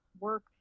work